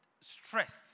stressed